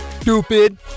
stupid